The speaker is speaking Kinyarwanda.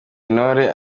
intore